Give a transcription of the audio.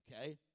Okay